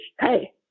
hey